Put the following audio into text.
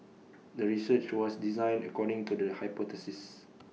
the research was designed according to the hypothesis